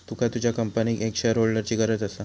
तुका तुझ्या कंपनीक एक शेअरहोल्डरची गरज असा